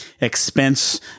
expense